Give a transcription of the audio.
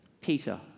Peter